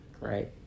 right